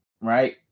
right